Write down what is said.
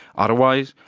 otherwise,